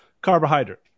carbohydrate